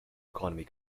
economy